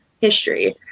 history